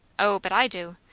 o, but i do.